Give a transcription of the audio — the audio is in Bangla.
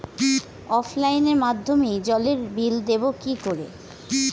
অফলাইনে মাধ্যমেই জলের বিল দেবো কি করে?